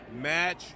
match